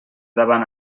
davant